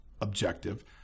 objective